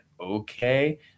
okay